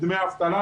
דמי אבטלה,